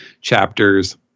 chapters